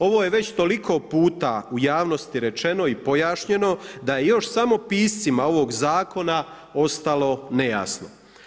Ovo je već toliko puta u javnosti rečeno i pojašnjeno da je još samo piscima ovog zakona ostalo nejasno.